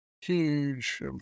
huge